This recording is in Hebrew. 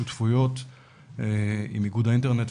שותפויות עם איגוד האינטרנט,